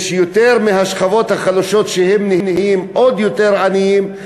יש יותר מהשכבות החלשות שנהיים עוד יותר עניים,